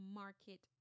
market